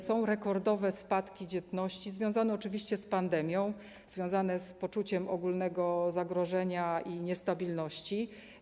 Są rekordowe spadki dzietności, które są związane oczywiście z pandemią, związane z poczuciem ogólnego zagrożenia i niestabilności.